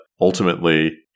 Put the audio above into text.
ultimately